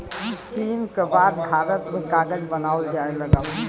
चीन क बाद भारत में कागज बनावल जाये लगल